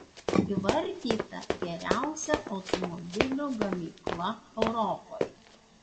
įvardyta geriausia automobilių gamykla europoje